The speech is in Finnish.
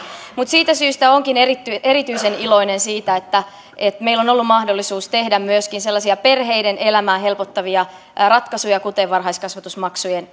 mutta siitä syystä olenkin erityisen erityisen iloinen siitä että että meillä on ollut mahdollisuus tehdä myöskin sellaisia perheiden elämää helpottavia ratkaisuja kuten varhaiskasvatusmaksujen